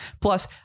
Plus